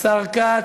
השר כץ,